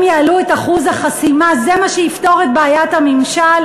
אם יעלו את אחוז החסימה זה מה שיפתור את בעיית הממשל?